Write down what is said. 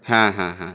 হ্যাঁ হ্যাঁ হ্যাঁ